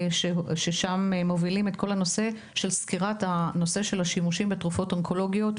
ששם מובילים את כל הנושא של השימושים בתרופות אונקולוגיות,